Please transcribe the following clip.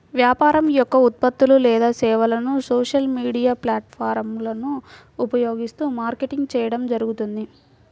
వ్యాపారం యొక్క ఉత్పత్తులు లేదా సేవలను సోషల్ మీడియా ప్లాట్ఫారమ్లను ఉపయోగిస్తూ మార్కెటింగ్ చేయడం జరుగుతుంది